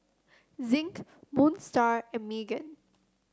Zinc Moon Star and Megan